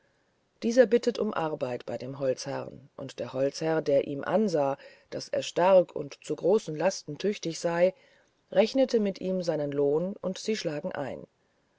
dieser bittet um arbeit bei dem holzherrn und der holzherr der ihm ansah daß er stark und zu großen lasten tüchtig sei rechnet mit ihm seinen lohn und sie schlagen ein